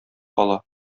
кала